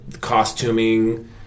costuming